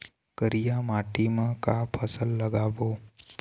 करिया माटी म का फसल लगाबो?